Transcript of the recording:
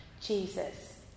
Jesus